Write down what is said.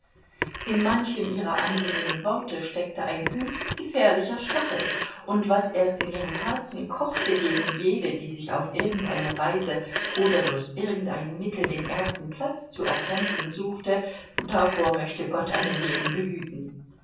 in manchem ihrer angenehmen worte steckte ein höchst gefährlicher stachel und was erst in ihrem herzen kochte gegen jede die sich auf irgendeine weise oder durch irgendein mittel den ersten platz zu erkämpfen suchte davor möchte gott einen jeden behüten